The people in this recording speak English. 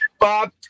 Bob